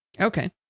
Okay